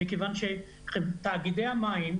תאגידי המים,